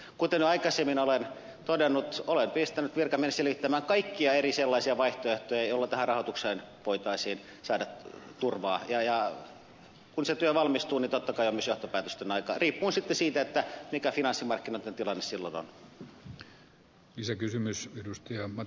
kuten aikaisemmin olen todennut olen pistänyt virkamiehen selvittämään kaikkia sellaisia eri vaihtoehtoja joilla tähän rahoitukseen voitaisiin saada turvaa ja kun se työ valmistuu niin totta kai on myös johtopäätösten aika riippuen sitten siitä mikä finanssimarkkinoitten tilanne silloin on